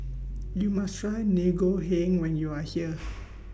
YOU must Try Ngoh Hiang when YOU Are here